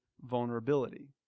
vulnerability